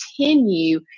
continue